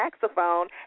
saxophone